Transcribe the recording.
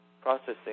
processing